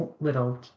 little